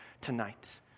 tonight